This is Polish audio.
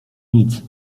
nic